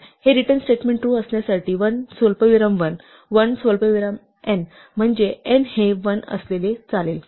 हे return statement true असण्यासाठी 1 स्वल्पविराम 1 1 स्वल्पविराम n म्हणजे n हे 1 असलेले चालेल